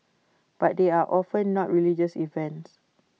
but they are often not religious events